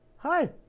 hi